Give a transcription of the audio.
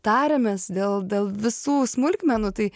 tariamės dėl dėl visų smulkmenų tai